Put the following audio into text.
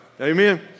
Amen